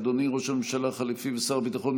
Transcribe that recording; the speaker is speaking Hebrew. אדוני ראש הממשלה החליפי ושר הביטחון,